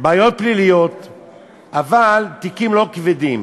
פליליים אבל לא כבדים.